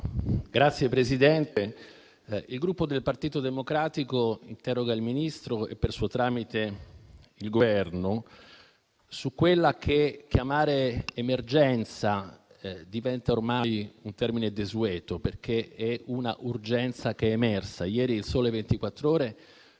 Signor Presidente, il Gruppo del Partito Democratico interroga il Ministro e, per suo tramite, il Governo, su quella che chiamare emergenza diventa ormai un termine desueto, perché è una urgenza che è emersa. Ieri «Il Sole 24 ore»